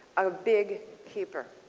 a big keeper.